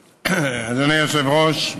היושב-ראש,